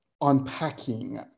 unpacking